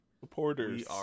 Reporters